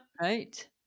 Right